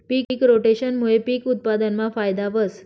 पिक रोटेशनमूये पिक उत्पादनमा फायदा व्हस